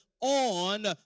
on